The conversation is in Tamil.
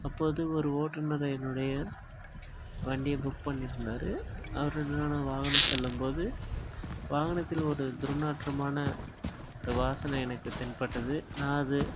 அப்போது ஒரு ஓட்டுநர் என்னுடைய வண்டியை புக் பண்ணி இருந்தார் என்னோட வாகனம் செல்லும்போது வாகனத்தில் ஒரு துறுநாற்றமான ஒரு வாசனை எனக்கு தென்பட்டது நான் அது